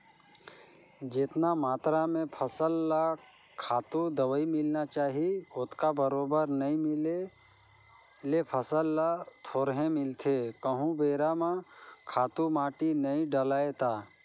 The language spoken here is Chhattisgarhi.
जेतना मातरा में फसल ल खातू, दवई मिलना चाही ओतका बरोबर नइ मिले ले फसल ल थोरहें मिलथे कहूं बेरा म खातू माटी नइ डलय ता